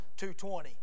2.20